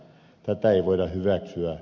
tätä ei voida hyväksyä